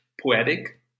poetic